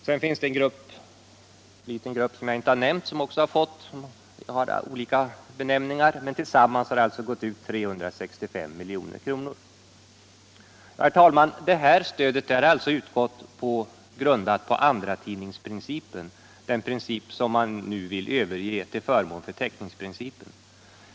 Sedan finns det en liten grupp med olika beteckningar som jag inte har nämnt, som också har fått stöd. Tillsammans har det gått ut 365 milj.kr. Herr talman! Det här stödet har alltså utgått grundat på andratidningsprincipen — den princip som man nu vill överge till förmån för täckningsprincipen.